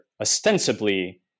ostensibly